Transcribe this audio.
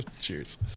Cheers